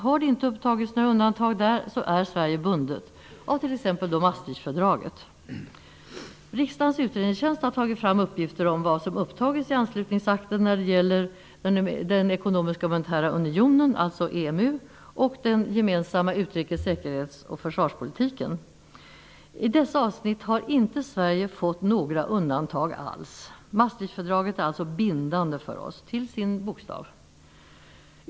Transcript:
Har det inte upptagits några undantag där är Sverige bundet av t.ex. Maastrichtfördraget. Riksdagens utredningstjänst har tagit fram uppgifter om vad som upptagits i Anslutningsakten när det gäller den Ekonomiska monetära unionen, EMU, och den gemensamma utrikes , säkerhetsoch försvarspolitiken. I dessa avsnitt har inte Sverige fått några undantag alls. Maastrichtfördraget är alltså bindande för oss till sin bokstav.